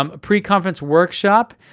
um pre-conference workshop,